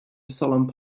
solemn